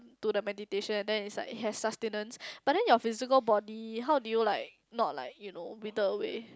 to the meditation then is like it has sustenance but then your physical body how do you like not like you know with the way